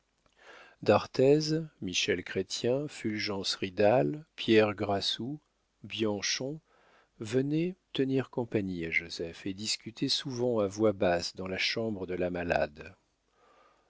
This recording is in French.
d'arthez michel chrestien fulgence ridal pierre grassou bianchon venaient tenir compagnie à joseph et discutaient souvent à voix basse dans la chambre de la malade